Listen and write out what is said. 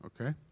Okay